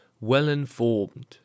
well-informed